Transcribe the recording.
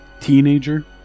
Teenager